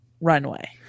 runway